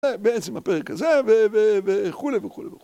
בעצם הפרק הזה, וכולי וכולי וכולי.